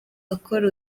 akora